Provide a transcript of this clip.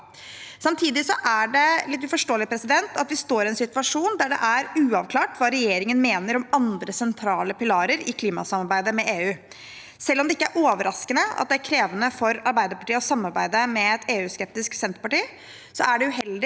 Samtidig er det litt uforståelig at vi står i en situasjon der det er uavklart hva regjeringen mener om andre sentrale pilarer i klimasamarbeidet med EU. Selv om det ikke er overraskende at det er krevende for Arbeiderpartiet å samarbeide med et EUskeptisk Senterparti, er det uheldig